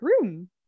room